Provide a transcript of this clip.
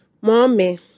Mommy